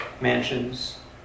mansions